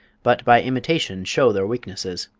but by imitation show their weaknesses.